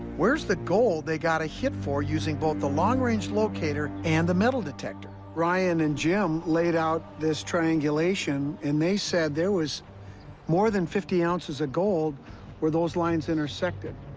where's the gold they got a hit for using both the long range locator and the metal detector? ryan and jim laid out this triangulation, and they said there was more than fifty ounces of gold where those lines intersected.